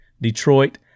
Detroit